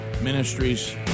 Ministries